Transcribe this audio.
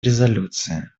резолюции